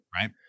Right